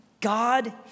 God